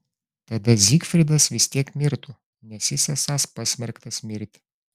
tada zygfridas vis tiek mirtų nes jis esąs pasmerktas mirti